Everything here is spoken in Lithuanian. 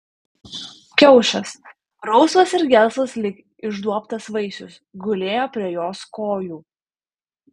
kiaušas rausvas ir gelsvas lyg išduobtas vaisius gulėjo prie jos kojų